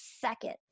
second